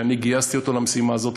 שאני גייסתי למשימה הזאת,